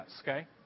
okay